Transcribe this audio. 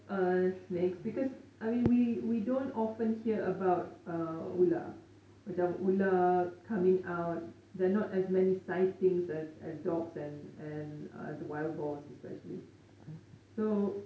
uh snakes because I mean we we don't often hear about uh ular macam ular coming out there are not as many sightings as dogs and and the wild boars especially so